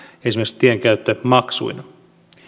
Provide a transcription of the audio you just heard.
tienkäyttömaksuina